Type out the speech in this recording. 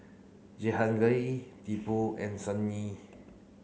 Jehangirr Tipu and Sunil